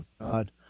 God